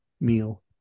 meal